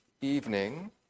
evening